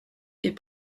est